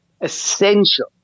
essential